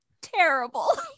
terrible